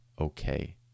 okay